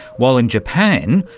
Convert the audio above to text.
while in japan,